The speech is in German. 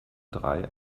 drei